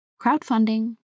crowdfunding